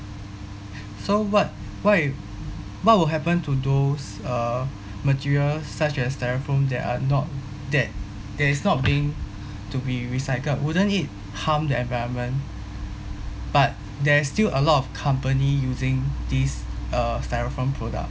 so what what if what will happen to those uh material such as styrofoam that are not that that is not being to be recycled wouldn't it harm the environment but there's still a lot of company using this uh styrofoam product